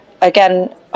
again